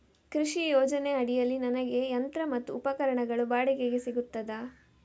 ಕೃಷಿ ಯೋಜನೆ ಅಡಿಯಲ್ಲಿ ನನಗೆ ಯಂತ್ರ ಮತ್ತು ಉಪಕರಣಗಳು ಬಾಡಿಗೆಗೆ ಸಿಗುತ್ತದಾ?